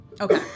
Okay